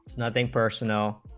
nothing personal